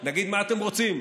נגיד: מה אתם רוצים,